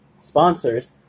sponsors